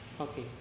Okay